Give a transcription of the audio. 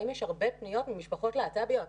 האם יש הרבה פניות ממשפחות להט"ביות?